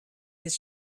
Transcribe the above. his